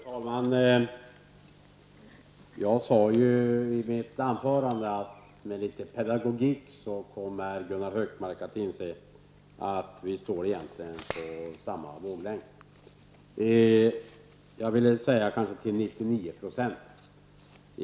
Fru talman! Jag sade i mitt anförande att med litet pedagogik kommer Gunnar Hökmark att inse att vi egentligen står till 99 % på samma våglängd.